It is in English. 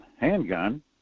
handgun